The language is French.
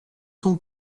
son